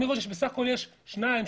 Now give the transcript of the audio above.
בסך הכול יש שתיים,